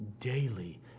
daily